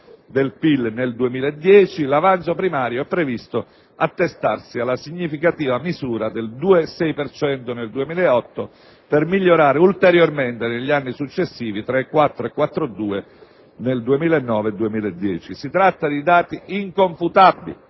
Si tratta di dati inconfutabili